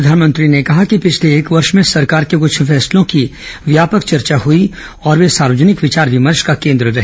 प्रधानमंत्री ने कहा कि पिछले एक वर्ष में सरकार के कृछ फैसलों की व्यापक चर्चा हुई और वे सार्वजनिक विचार विमर्श का केन्द्र रहे